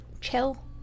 chill